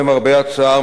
למרבה הצער,